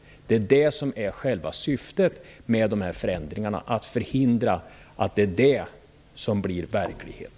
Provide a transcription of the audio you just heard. Själva syftet med förändringarna måste vara att förhindra att detta blir verklighet.